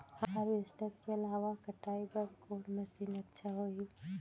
Harvester के अलावा कटाई बर कोन मशीन अच्छा होही?